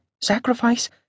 sacrifice